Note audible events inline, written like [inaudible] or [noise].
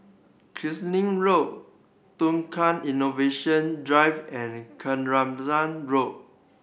[unintelligible] Road Tukang Innovation Drive and [unintelligible] Road